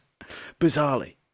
Bizarrely